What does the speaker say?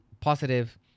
positive